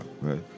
right